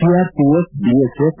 CRPF BSF